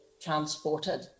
transported